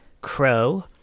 crow